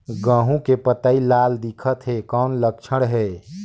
गहूं के पतई लाल दिखत हे कौन लक्षण हे?